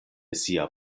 sia